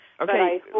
Okay